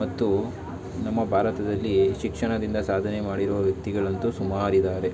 ಮತ್ತು ನಮ್ಮ ಭಾರತದಲ್ಲಿ ಶಿಕ್ಷಣದಿಂದ ಸಾಧನೆ ಮಾಡಿರುವ ವ್ಯಕ್ತಿಗಳಂತೂ ಸುಮಾರು ಇದ್ದಾರೆ